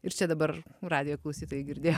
ir čia dabar radijo klausytojai girdėjo